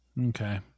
Okay